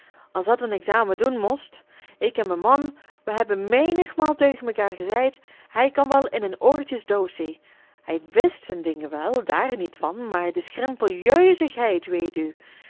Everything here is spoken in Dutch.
als dat een examen doen most ik en me man we hebben menigmaal teugen mekaar gezeid hij kan wel in een oortjes doosie hij wist zijn dingen wel daar niet van maar de schrimpeljeuzigheid weet u